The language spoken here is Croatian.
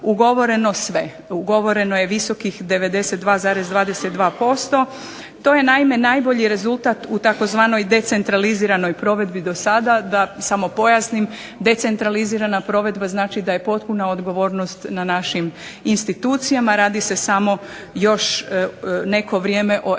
ugovoreno je visokih 92,22% to je naime najbolji rezultat u tzv. decentraliziranoj provedbi do sada. DA samo pojasnim decentralizirana provedba znači da je potpuna odgovornost na našim institucijama, radi se samo još neko vrijeme o ex